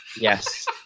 Yes